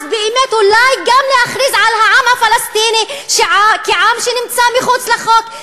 אז באמת אולי גם להכריז על העם הפלסטיני כעם שנמצא מחוץ לחוק,